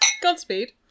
Godspeed